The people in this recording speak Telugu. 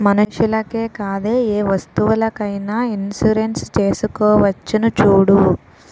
మనుషులకే కాదే ఏ వస్తువులకైన ఇన్సురెన్సు చేసుకోవచ్చును చూడూ